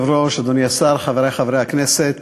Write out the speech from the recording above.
אדוני היושב-ראש, אדוני השר, חברי חברי הכנסת,